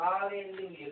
Hallelujah